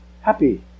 happy